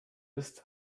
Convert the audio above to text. ist